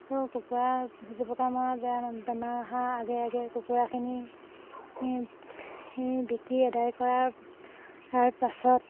তো কুকুৰা জুপুকা বেয়া বেমাৰ অহা আগে আগে কুকুৰাখিনি বিকি এদায় কৰাৰ পাছত